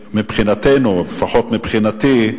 שמבחינתנו, לפחות מבחינתי,